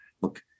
Look